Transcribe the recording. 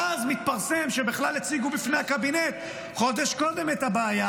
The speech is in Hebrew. ואז מתפרסם שבכלל הציגו בפני הקבינט חודש קודם את הבעיה,